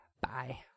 bye